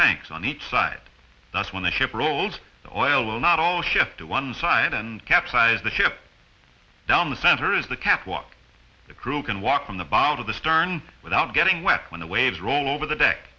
tanks on each side that's when the ship rolls the oil will not all shift to one side and capsize the ship down the center is the catwalk the crew can walk from the bottom of the stern without getting wet when the waves roll over the deck